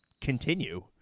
continue